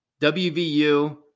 WVU